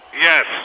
Yes